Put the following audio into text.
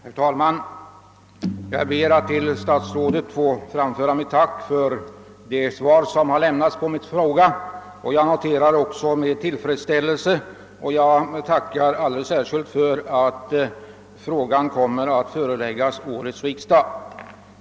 Herr talman! Jag ber att till statsrådet och chefen för jordbruksdepartementet få framföra mitt tack för det svar som lämnats på min fråga. Jag noterar med tillfredsställelse och tackar alldeles särskilt för att frågan kommer att föreläggas årets riksdag.